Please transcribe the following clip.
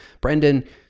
brendan